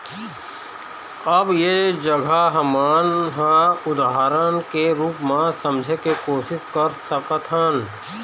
अब ऐ जघा हमन ह उदाहरन के रुप म समझे के कोशिस कर सकत हन